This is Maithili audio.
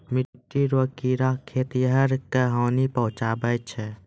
मिट्टी रो कीड़े खेतीहर क हानी पहुचाबै छै